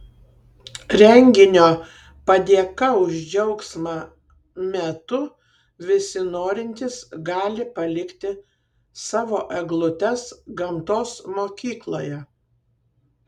renginio padėka už džiaugsmą metu visi norintys gali palikti savo eglutes gamtos mokykloje